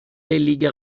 لیگ